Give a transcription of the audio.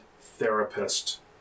therapist